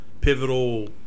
pivotal